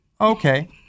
Okay